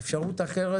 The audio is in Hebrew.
אפשרות ב'